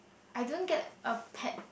I don't get a pet